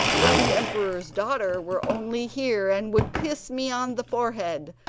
if the emperor's daughter were only here, and would kiss me on the forehead,